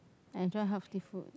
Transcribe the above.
I enjoy healthy food